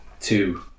Two